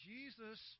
Jesus